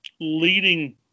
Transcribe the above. leading